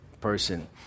person